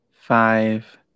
five